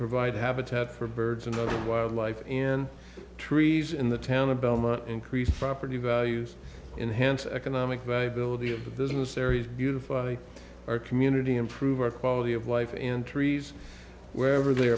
provide habitat for birds and wildlife and trees in the town of belmont increased from pretty values enhanced economic viability of the business areas beautiful our community improve our quality of life and trees wherever they